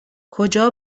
کجا